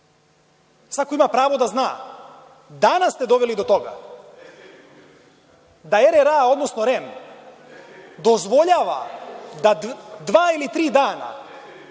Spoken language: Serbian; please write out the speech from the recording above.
Svako ima pravo da zna. Danas ste doveli do toga da RRA, odnosno REM dozvoljava da dva ili tri dana